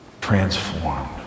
transformed